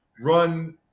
run